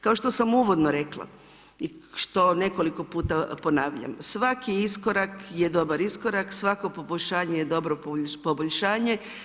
Kao što sam uvodno rekla i što nekoliko puta ponavljam, svaki iskorak je dobar iskorak, svako poboljšanje je dobro poboljšanje.